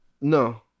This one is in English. No